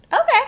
Okay